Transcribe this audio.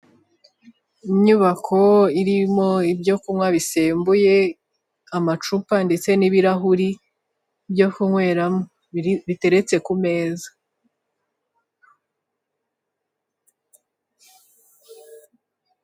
Inyubako irimo ibyo kunywa bisembuye, amacupa ndetse n'ibirahuri byo kunyweramo biteretse ku meza.